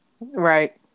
Right